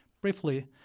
briefly